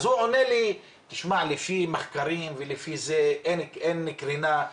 אז הוא עונה לי שמע, לפי מחקרים אין קרינה.